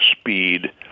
speed